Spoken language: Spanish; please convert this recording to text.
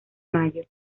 mayo